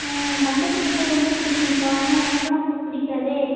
ஆ ஏன் தங்கச்சிக்கு பூ ரொம்ப பிடிக்கும்க்கா ஆனால் எனக்குலாம் பூ பிடிக்காதே